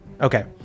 Okay